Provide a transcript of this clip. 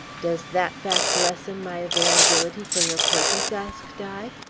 does that fact lessen my availability for your purpose? asked i.